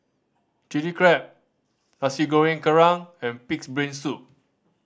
Chili Crab Nasi Goreng Kerang and Pig's Brain Soup